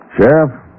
Sheriff